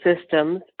systems